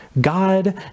god